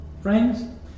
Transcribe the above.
friends